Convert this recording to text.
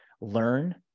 learn